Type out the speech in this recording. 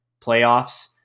playoffs